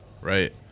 Right